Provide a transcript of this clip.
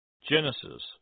Genesis